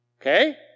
okay